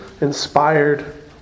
inspired